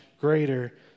greater